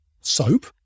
soap